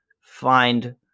find